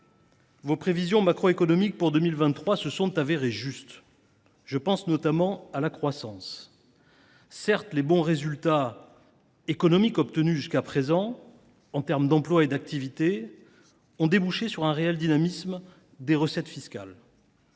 vos prévisions macroéconomiques pour 2023 se sont révélées justes – je pense notamment à la croissance. Certes, les bons résultats économiques obtenus jusqu’à présent en termes d’emploi et d’activité ont débouché sur un réel dynamisme des recettes fiscales.